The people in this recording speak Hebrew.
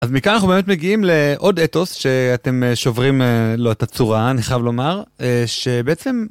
אז מכאן אנחנו באמת מגיעים לעוד אתוס שאתם שוברים לו את הצורה אני חייב לומר שבעצם.